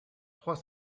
trois